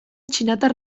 txinatar